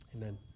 Amen